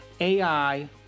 AI